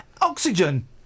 Oxygen